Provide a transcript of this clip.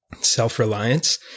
self-reliance